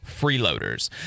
freeloaders